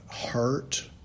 hurt